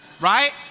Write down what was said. Right